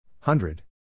Hundred